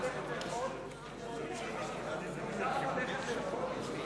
לדיון מוקדם בוועדה לא נתקבלה.